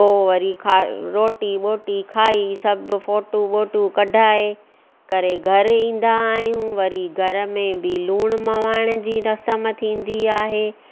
पोइ वरी रोटी ॿोटी खाई सभु फोटूं ॿोटूं कढाए करे घरु ईंदा आहियूं वरी घर में बि लूण मवाइण जी रस्म थींदी आहे